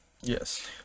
Yes